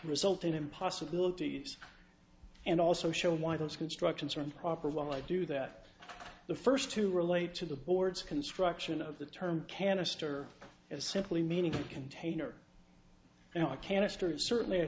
result in impossibilities and also show why those constructions are improper while i do that the first two relate to the board's construction of the term canister as simply meaning container and a canister of certainly a